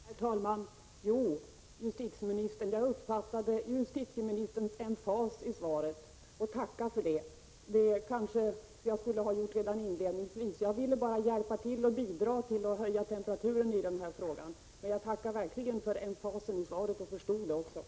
Herr talman! Jo, justitieministern, jag uppfattade justitieministerns emfas i svaret, och jag tackar för den. Det kanske jag skulle ha gjort redan inledningsvis. Jag ville bara bidra till att höja temperaturen när det gäller denna fråga. Men jag tackar verkligen för emfasen i svaret, och jag förstod den.